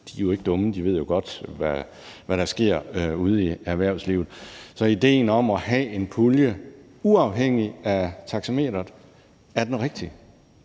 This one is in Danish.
de er jo ikke dumme, og de ved godt, hvad der sker ude i erhvervslivet. Så idéen om at have en pulje uafhængigt af taxameteret er den rigtige,